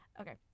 Okay